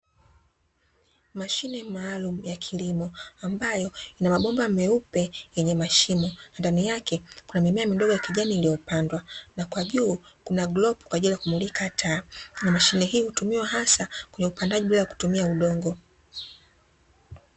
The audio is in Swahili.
Mashine maalumu ya kilimo, ambayo ina mabomba meupe yenye mashimo, na ndani yake kuna mimea midogo ya kijani iliyopandwa, na kwa juu kuna glopu kwa ajili ya kumulika taa, na mashine hii hutumiwa hasa kwenye upandaji bila ya kutumia udongo.